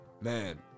Man